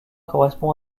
correspond